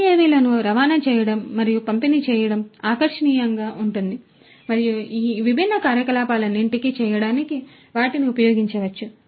కాబట్టి UAV లను రవాణా చేయడం మరియు పంపిణీ చేయడం ఆకర్షణీయంగా ఉంటుంది మరియు ఈ విభిన్న కార్యకలాపాలన్నింటికీ చేయడానికి వాటిని ఉపయోగించవచ్చు